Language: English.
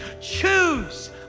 Choose